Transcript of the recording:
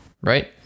Right